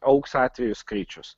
augs atvejų skaičius